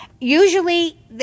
usually